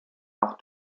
auch